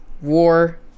war